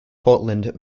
portland